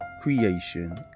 creation